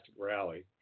rally